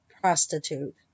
prostitute